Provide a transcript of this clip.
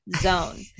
zone